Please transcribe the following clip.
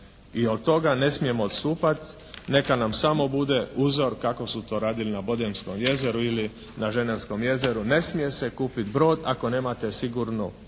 I od toga ne smijemo odstupat. Neka nam samo bude uzor kako su to radili na Bodenskom jezeru ili na Ženevskom jezeru. Ne smije se kupiti brod ako nemate siguran